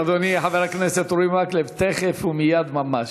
אדוני חבר הכנסת אורי מקלב: תכף ומייד ממש.